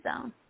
zone